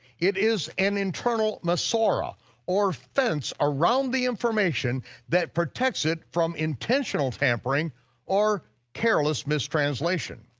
it is an internal masorah or fence around the information that protects it from intentional tampering or careless mistranslation.